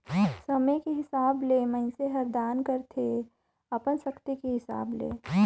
समे के हिसाब ले मइनसे हर दान करथे अपन सक्ति के हिसाब ले